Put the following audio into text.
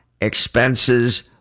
expenses